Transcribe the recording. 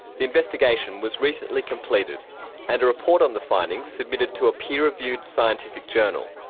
the investigation was recently completed and a report on the findings submitted to a peer reviewed scientific journal.